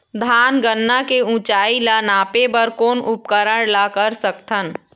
धान गन्ना के ऊंचाई ला नापे बर कोन उपकरण ला कर सकथन?